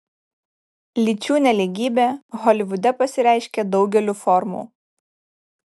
lyčių nelygybė holivude pasireiškia daugeliu formų